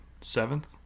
seventh